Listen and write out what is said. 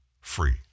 free